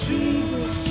Jesus